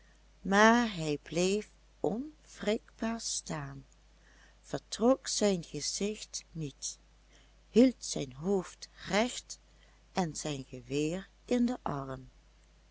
maar hij bleef onwrikbaar staan vertrok zijn gezicht niet hield zijn hoofd recht en zijn geweer in den arm